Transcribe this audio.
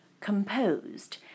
composed